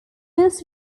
used